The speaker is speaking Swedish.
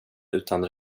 utan